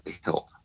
help